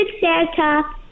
Santa